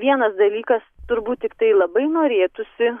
vienas dalykas turbūt tiktai labai norėtųsi